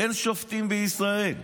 אין שופטים בישראל.